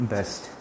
Best